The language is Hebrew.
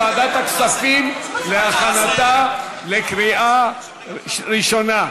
לוועדת הכספים להכנתה לקריאה ראשונה.